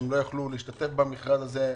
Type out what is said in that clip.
שלא יוכלו להשתתף במכרז הזה,